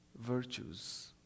virtues